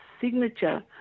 signature